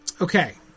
Okay